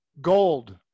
Gold